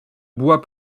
bois